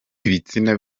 ibitsina